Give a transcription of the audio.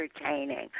entertaining